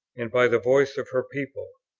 and by the voice of her people.